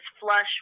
flush